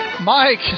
Mike